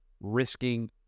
risking